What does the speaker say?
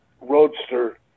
Roadster